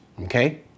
Okay